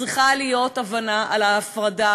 צריכה להיות הבנה על ההפרדה,